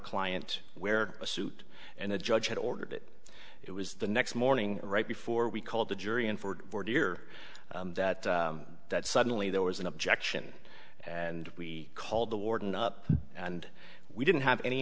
client wear a suit and the judge had ordered it it was the next morning right before we called the jury in for deer that that suddenly there was an objection and we called the warden up and we didn't have any